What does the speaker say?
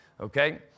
Okay